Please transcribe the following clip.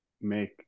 make